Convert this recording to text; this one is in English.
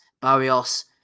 Barrios